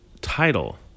title